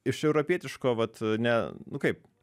iš europietiško vat ne nu kaip